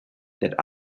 that